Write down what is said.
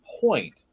point